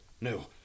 no